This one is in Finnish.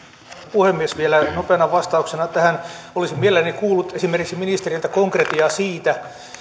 puhemies vielä nopeana vastauksena tähän olisin mielelläni kuullut esimerkiksi ministeriltä konkretiaa siitä